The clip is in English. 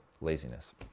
laziness